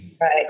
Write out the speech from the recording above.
Right